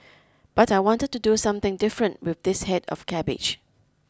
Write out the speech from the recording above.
but I wanted to do something different with this head of cabbage